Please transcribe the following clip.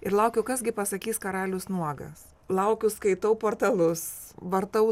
ir laukiu kas gi pasakys karalius nuogas laukiu skaitau portalus vartau